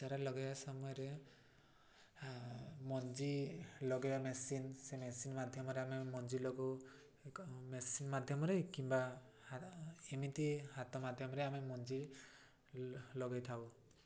ହେରା ଲଗେଇବା ସମୟରେ ମଞ୍ଜି ଲଗେଇବା ମେସିନ୍ ସେ ମେସିନ୍ ମାଧ୍ୟମରେ ଆମେ ମଞ୍ଜି ଲଗାଉ ମେସିନ୍ ମାଧ୍ୟମରେ କିମ୍ବା ଏମିତି ହାତ ମାଧ୍ୟମରେ ଆମେ ମଞ୍ଜି ଲଗାଇଥାଉ